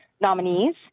nominees